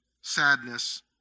sadness